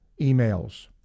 emails